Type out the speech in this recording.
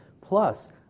plus